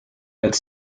with